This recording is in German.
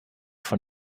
von